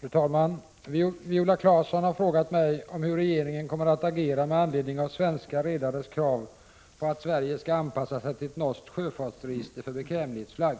Fru talman! Viola Claesson har frågat mig om hur regeringen kommer att agera med anledning av svenska redares krav på att Sverige skall anpassa sig till ett norskt sjöfartsregister för bekvämlighetsflagg.